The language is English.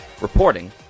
Reporting